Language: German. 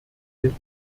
den